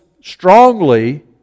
strongly